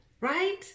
right